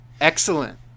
Excellent